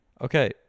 okay